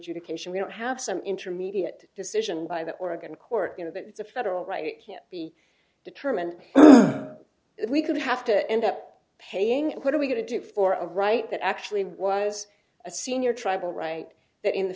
education we don't have some intermediate decision by the oregon court you know that it's a federal right can't be determined we could have to end up paying and what are we going to do for a right that actually was a senior tribal right there in the